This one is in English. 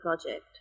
project